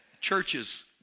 Churches